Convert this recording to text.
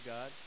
God